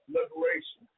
Liberation